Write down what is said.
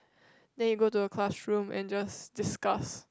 then you go to the classroom and just discuss